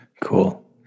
Cool